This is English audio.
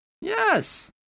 Yes